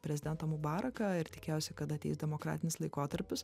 prezidentą mubaraką ir tikėjosi kad ateis demokratinis laikotarpis